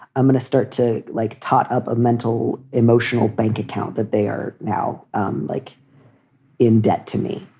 i'm going to start to like tot up of mental emotional bank account that they are now um like in debt to me,